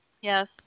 yes